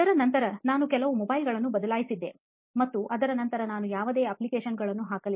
ಅದರ ನಂತರ ನಾನು ಕೆಲವು mobile ಗಳನ್ನು ಬದಲಾಯಿಸಿದ್ದೇನೆ ಮತ್ತು ಅದರ ನಂತರ ನಾನು ಯಾವುದೇ Application ಗಳನ್ನು ಹಾಕಲಿಲ್ಲ